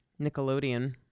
Nickelodeon